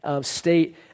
state